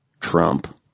Trump